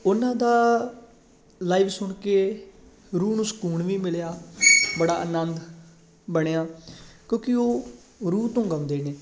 ਉਹਨਾਂ ਦਾ ਲਾਈਵ ਸੁਣ ਕੇ ਰੂਹ ਨੂੰ ਸਕੂਨ ਵੀ ਮਿਲਿਆ ਬੜਾ ਆਨੰਦ ਬਣਿਆ ਕਿਉਂਕਿ ਉਹ ਰੂਹ ਤੋਂ ਗਾਉਂਦੇ ਨੇ